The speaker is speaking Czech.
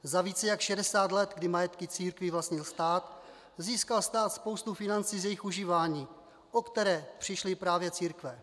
Za více jak 60 let, kdy majetky církví vlastnil stát, získal stát spoustu financí z jejich užívání, o které přišly právě církve.